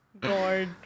god